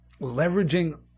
leveraging